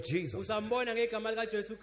Jesus